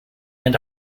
and